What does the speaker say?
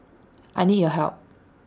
I need your help